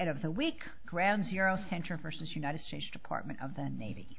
of the week ground zero center versus united states department of the navy